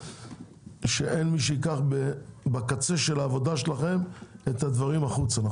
שאין מי שייקח בקצה של העבודה שלכם את הדברים החוצה.